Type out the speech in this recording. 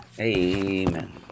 Amen